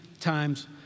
times